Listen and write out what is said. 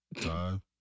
Time